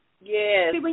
Yes